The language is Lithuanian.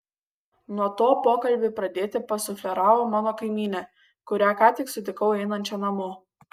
nuo to pokalbį pradėti pasufleravo mano kaimynė kurią ką tik sutikau einančią namo